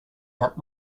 out